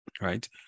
Right